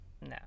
no